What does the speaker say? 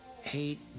hate